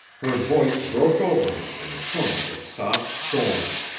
her voice broke over him in a tumult of soft scorn.